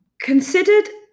considered